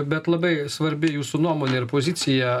bet labai svarbi jūsų nuomonė ir pozicija